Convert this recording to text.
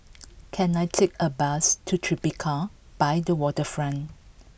can I take a bus to Tribeca by the waterfront